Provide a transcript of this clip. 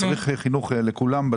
צריך חינוך לכולם.